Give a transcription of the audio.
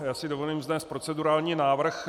Já si dovolím vznést procedurální návrh.